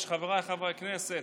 חבריי חברי הכנסת,